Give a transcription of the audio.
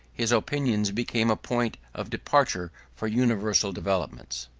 his opinions became a point of departure for universal developments.